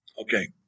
Okay